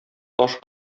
таш